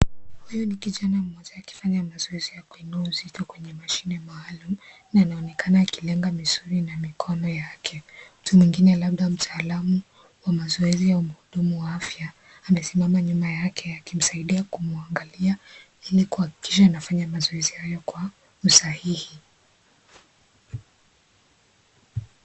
Huyu ni kijana mmoja akifanya mazoezi ya kuinua uzito kwenye mashine maalum, na anaonekana akilenga misuli na mikono yake, mtu mwngine labda mataalamu au muhudumu wa afya, amesimama nyuma yake akimsaidia kumwangalia ili kuhakikisha anafanya mazoezi hayo kwa, usahihi.